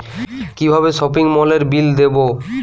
কিভাবে সপিং মলের বিল দেবো?